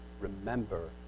remember